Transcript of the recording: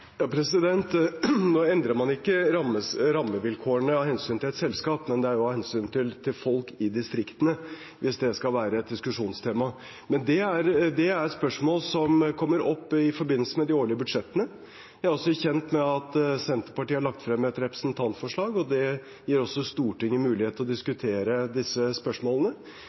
Nå endrer man ikke rammevilkårene av hensyn til et selskap, men av hensyn til folk i distriktene – hvis det skal være et diskusjonstema. Det er spørsmål som ofte kommer i forbindelse med de årlige budsjettene. Jeg er også kjent med at Senterpartiet har lagt frem et representantforslag, og det gir Stortinget mulighet til å diskutere disse spørsmålene.